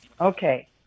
Okay